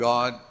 God